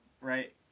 right